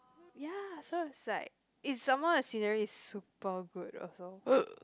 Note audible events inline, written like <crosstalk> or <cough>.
ya so it's like it's some more the scenery is super good also <noise>